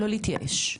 לא להתייאש,